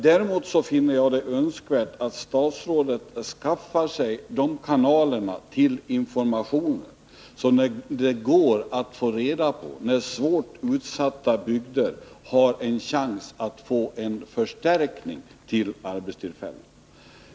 Däremot finner jag det önskvärt att statsrådet förskaffar sig sådana kanaler till information att han får reda på när svårt utsatta bygder har en chans att få ett tillskott av arbetstillfällen.